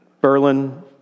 Berlin